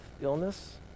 illness